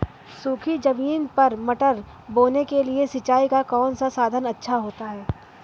सूखी ज़मीन पर मटर बोने के लिए सिंचाई का कौन सा साधन अच्छा होता है?